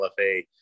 lfa